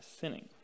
sinning